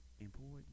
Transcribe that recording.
important